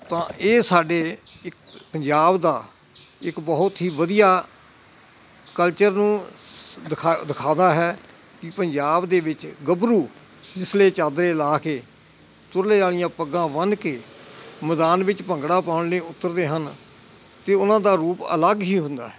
ਤਾਂ ਇਹ ਸਾਡੇ ਇੱਕ ਪੰਜਾਬ ਦਾ ਇੱਕ ਬਹੁਤ ਹੀ ਵਧੀਆ ਕਲਚਰ ਨੂੰ ਸ ਦਿਖਾ ਦਿਖਾਉਂਦਾ ਹੈ ਕਿ ਪੰਜਾਬ ਦੇ ਵਿੱਚ ਗੱਭਰੂ ਜਿਸਲੇ ਚਾਦਰੇ ਲਾ ਕੇ ਤੁਰਲੇ ਵਾਲੀਆਂ ਪੱਗਾਂ ਬੰਨ ਕੇ ਮੈਦਾਨ ਵਿੱਚ ਭੰਗੜਾ ਪਾਉਣ ਲਈ ਉਤਰਦੇ ਹਨ ਅਤੇ ਉਹਨਾਂ ਦਾ ਰੂਪ ਅਲੱਗ ਹੀ ਹੁੰਦਾ ਹੈ